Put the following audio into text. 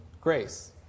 grace